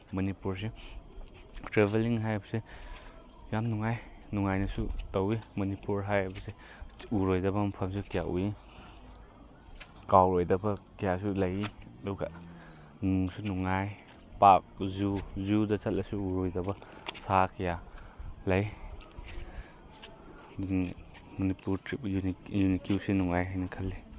ꯃꯅꯤꯄꯨꯔꯁꯦ ꯇ꯭ꯔꯦꯕꯦꯂꯤꯡ ꯍꯥꯏꯕꯁꯦ ꯌꯥꯝ ꯅꯨꯡꯉꯥꯏ ꯅꯨꯡꯉꯥꯏꯅꯁꯨ ꯇꯧꯏ ꯃꯅꯤꯄꯨꯔ ꯍꯥꯏꯕꯁꯦ ꯎꯔꯣꯏꯗꯕ ꯃꯐꯝꯁꯨ ꯀꯌꯥ ꯎꯏ ꯀꯥꯎꯔꯣꯏꯗꯕ ꯀꯌꯥꯁꯨ ꯂꯩ ꯑꯗꯨꯒ ꯅꯨꯡꯁꯨ ꯅꯨꯡꯉꯥꯏ ꯄꯥꯛ ꯖꯨ ꯖꯨꯗ ꯆꯠꯂꯁꯨ ꯎꯔꯣꯏꯗꯕ ꯁꯥ ꯀꯌꯥ ꯂꯩ ꯃꯅꯤꯄꯨꯔ ꯇ꯭ꯔꯤꯞ ꯌꯨꯅꯤꯀ꯭ꯌꯨꯁꯦ ꯅꯨꯡꯉꯥꯏ ꯍꯥꯏꯅ ꯈꯜꯂꯤ